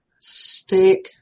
Stick